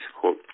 quote